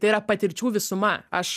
tai yra patirčių visuma aš